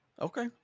Okay